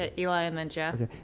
ah eli and then jeff.